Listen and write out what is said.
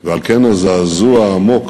ועל כן הזעזוע העמוק